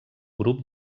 grup